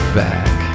back